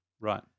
right